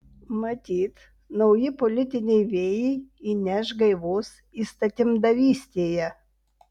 matyt nauji politiniai vėjai įneš gaivos įstatymdavystėje